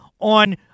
on